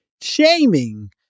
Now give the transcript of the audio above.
shaming